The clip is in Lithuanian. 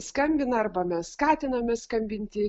skambina arba mes skatiname skambinti